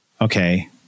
okay